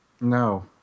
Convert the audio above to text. No